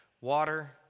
water